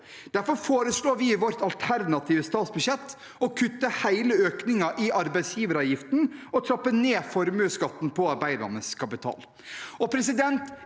Derfor foreslår vi i vårt alternative statsbudsjett å kutte hele økningen i arbeidsgiveravgiften og trappe ned formuesskatten på arbeidende kapital.